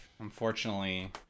Unfortunately